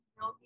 No